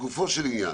לגופו של עניין.